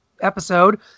episode